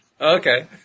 Okay